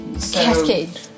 cascade